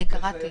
אני קראתי.